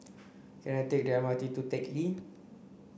can I take the M R T to Teck Lee